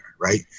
right